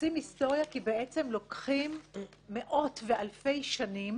עושים היסטוריה כי בעצם לוקחים מאות ואלפי שנים